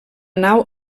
nau